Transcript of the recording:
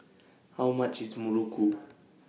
How much IS Muruku